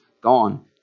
gone